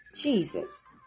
Jesus